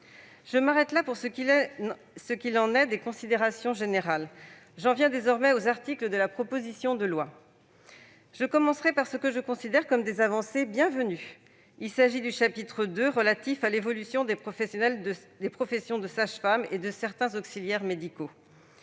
Je m'arrête là pour les considérations générales, et j'en viens aux articles de la proposition de loi. Je commencerai par ce que je considère comme des avancées bienvenues. Il s'agit du chapitre II relatif à l'évolution des professions de sage-femme et de certains auxiliaires médicaux.